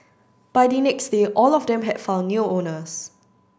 by the next day all of them had found new owners